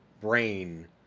brain